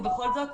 ובכל זאת,